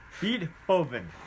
Beethoven